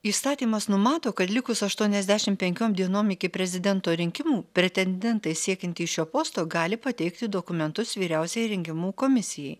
įstatymas numato kad likus aštuoniasdešimt penkiom dienom iki prezidento rinkimų pretendentai siekiantys šio posto gali pateikti dokumentus vyriausiajai rinkimų komisijai